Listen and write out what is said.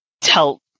tell